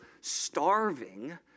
starving